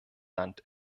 land